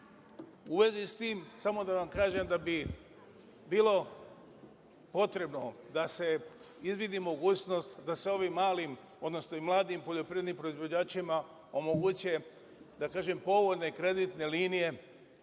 vezi sa tim, samo da vam kažem, bilo bi potrebno da se izvidi mogućnost da se ovim malim, odnosno mladim poljoprivrednim proizvođačima omoguće, da kažem, povoljne kreditne linije